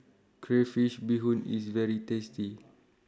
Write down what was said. Crayfish Beehoon IS very tasty